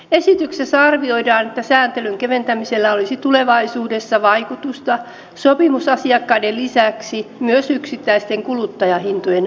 esityksessä arvioidaan että sääntelyn keventämisellä olisi tulevaisuudessa vaikutusta sopimusasiakkaiden lisäksi myös yksittäisten kuluttajahintojen alenemiseen